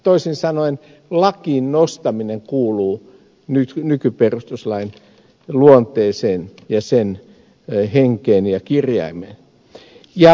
toisin sanoen lakiin nostaminen kuuluu nykyperustuslain luonteeseen ja sen henkeen ja kirjaimeen